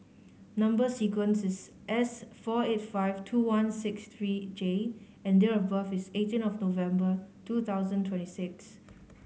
number sequence is S four eight five two one six three J and date of birth is eighteen of November two thousand twenty six